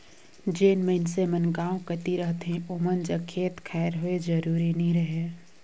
जेन मइनसे मन गाँव कती रहथें ओमन जग खेत खाएर होए जरूरी नी रहें